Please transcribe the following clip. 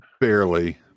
Barely